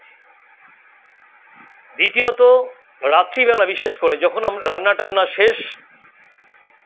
দ্বিতীয়ত রাত্রিবেলা বিশেষ করে যখন আমরা রান্নাটান্না শেষ